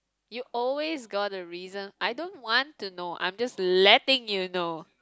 you always got a reason I don't want to know I'm just letting you know